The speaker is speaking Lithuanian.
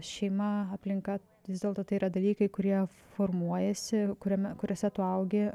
šeima aplinka vis dėlto tai yra dalykai kurie formuojasi kuriam kuriuose tu augi